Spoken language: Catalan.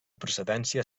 procedència